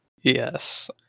Yes